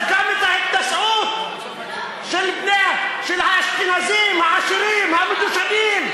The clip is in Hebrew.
יש גם ההתנשאות של האשכנזים, העשירים, המדושנים.